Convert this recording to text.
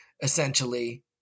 essentially